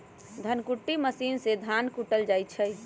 धन कुट्टी मशीन से धान कुटल जाइ छइ